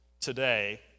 today